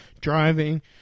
driving